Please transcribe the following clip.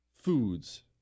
foods